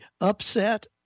upset